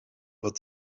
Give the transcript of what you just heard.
but